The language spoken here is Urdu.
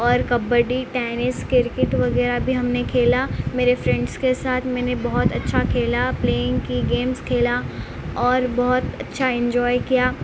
اور کبڈی ٹینس کرکٹ وغیرہ بھی ہم نے کھیلا میرے فرینڈس کے ساتھ میں نے بہت اچھا کھیلا پلیئنگ کی گیمس کھیلا اور بہت اچھا انجوائے کیا